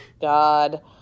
god